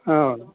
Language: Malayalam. ആ